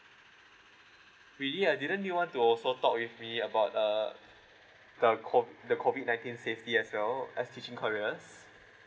really I didn't even want to also talk with me about uh the co~ the COVID nineteen safety as well as teaching careers